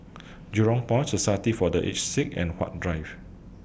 Jurong Point Society For The Aged Sick and Huat Drive